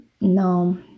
No